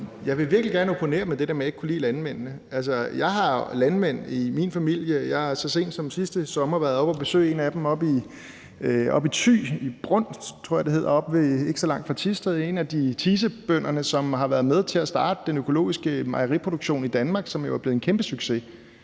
Jeg vil virkelig gerne opponere imod det der med, at jeg ikke kan lide landmændene. Altså, jeg har landmænd i min familie, og jeg har så sent som sidste sommer været oppe at besøge en af dem i Thy, i Brund, tror jeg det hedder, ikke så langt fra Thisted. Det er en af Thisebønderne, som har været med til at starte den økologiske mejeriproduktion i Danmark, som jo er blevet en kæmpesucces.